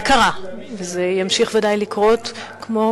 זה קרה וזה ימשיך ודאי לקרות, כמו